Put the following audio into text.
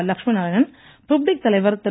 லட்சுமி நாராயணன் பிப்டிக் தலைவர் திரு